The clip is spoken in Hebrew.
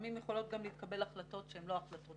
ולפעמים יכולות להתקבל החלטות שהן לא החלטות